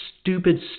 stupid